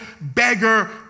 beggar